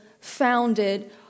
founded